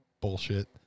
bullshit